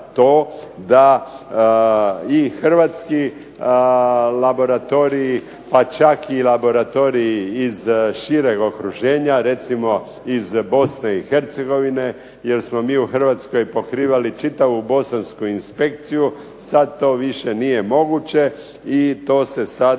da i hrvatski laboratoriji, pa čak i laboratoriji iz šireg okruženja recimo iz Bosne i Hercegovine, jer smo mi u Hrvatskoj pokrivali čitavu bosansku inspekciju. Sada to više nije moguće i to se sada